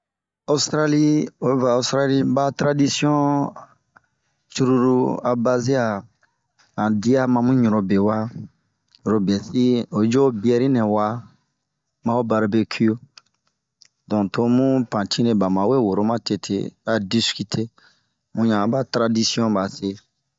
Ɔstarali, oyi va ɔstarali, ba taradisiɔn cururu a baze'a han diya ma mu ɲurobewa, oro bie si oyi yu ho biɛri nɛ wa, mari barbeki, donk to bun pantinre to ba ma we woro matete. Bun a ba taradisiɔn ba se.